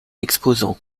exposants